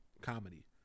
comedy